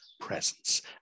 presence